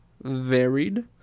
Varied